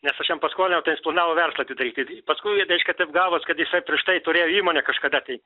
nes aš jam paskolinau ten jis planavo verslą atidaryti paskui reiškia taip gavos kad jisai prieš tai turėjo įmonę kažkada tai